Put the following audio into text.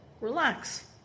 relax